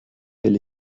will